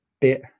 bit